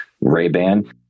Ray-Ban